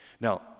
Now